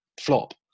flop